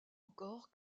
encore